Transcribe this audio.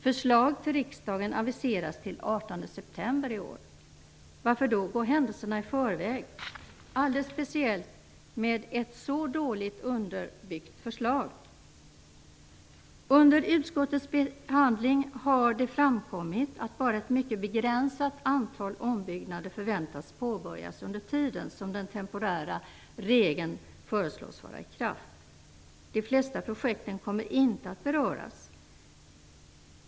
Förslag till riksdagen aviseras till den 18 september i år. Varför går man då händelserna i förväg, och speciellt med ett så dåligt underbyggt förslag? Under utskottets behandling har det framkommit att bara ett mycket begränsat antal ombyggnader förväntas påbörjas under tiden som den temporära regeln föreslås gälla. De flesta projekten kommer inte att beröras.